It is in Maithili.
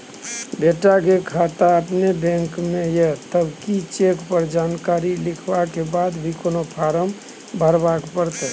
बेटा के खाता अपने बैंक में ये तब की चेक पर जानकारी लिखवा के बाद भी कोनो फारम भरबाक परतै?